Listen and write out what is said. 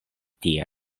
tiel